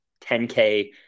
10K